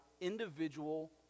individual